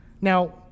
now